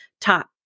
top